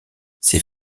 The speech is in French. ces